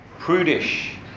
prudish